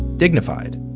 dignified.